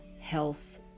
health